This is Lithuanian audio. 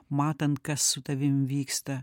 matant kas su tavim vyksta